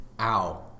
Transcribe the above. Ow